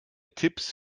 tipps